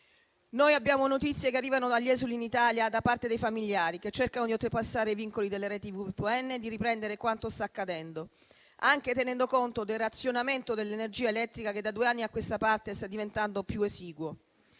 Noi abbiamo notizie che arrivano dagli esuli in Italia da parte dei familiari che cercano di oltrepassare i vincoli delle reti VPN e di riprendere quanto sta accadendo, anche tenendo conto del razionamento dell'energia elettrica che da due anni a questa parte sta diventando più esiguo.